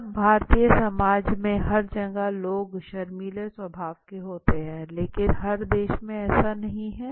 अब भारतीय समाज में हर जगह लोग शर्मीले स्वभाव के होते हैं लेकिन हर देश में ऐसा नहीं है